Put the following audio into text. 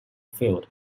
field